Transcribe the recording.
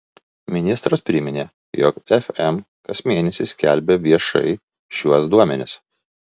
ministras priminė jog fm kas mėnesį skelbia viešai šiuos duomenis